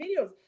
videos